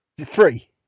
Three